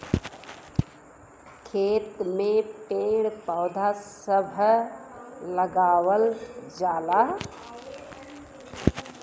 खेत में पेड़ पौधा सभ लगावल जाला